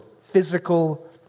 physical